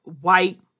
white